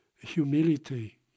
humility